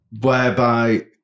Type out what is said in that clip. Whereby